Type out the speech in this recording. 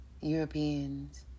Europeans